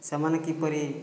ସେମାନେ କିପରି